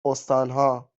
استانها